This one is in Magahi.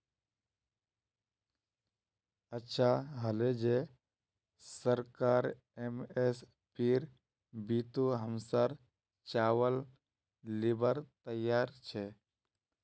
अच्छा हले जे सरकार एम.एस.पीर बितु हमसर चावल लीबार तैयार छ